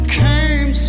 came